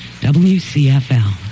WCFL